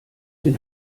den